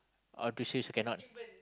atrocious cannot